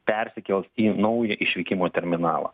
persikels į naują išvykimo terminalą